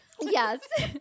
Yes